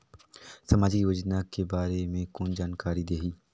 समाजिक योजना के बारे मे कोन जानकारी देही?